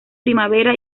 primavera